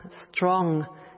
strong